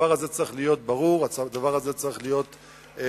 הדבר הזה צריך להיות ברור, צריך להיות חד-משמעי.